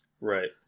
Right